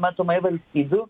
matomai valstybių